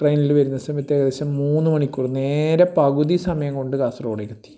ട്രയിനിൽ വരുന്ന സമയത്ത് ഏകദേശം മൂന്ന് മണിക്കൂർ നേരെ പകുതി സമയം കൊണ്ട് കാസർഗോഡേക്ക് എത്തി